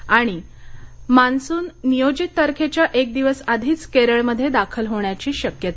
आणि मान्सून नियोजित तारखेच्या एक दिवस आधीच केरळमध्ये दाखल होण्याची शक्यता